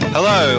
Hello